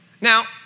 Now